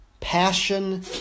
Passion